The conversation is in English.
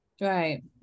Right